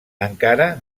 encara